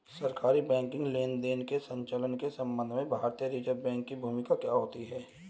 सरकारी बैंकिंग लेनदेनों के संचालन के संबंध में भारतीय रिज़र्व बैंक की भूमिका क्या होती है?